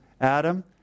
Adam